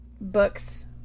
books